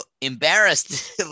embarrassed